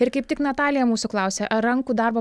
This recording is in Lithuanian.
ir kaip tik natalija mūsų klausia ar rankų darbo